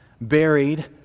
buried